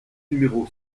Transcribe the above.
numéro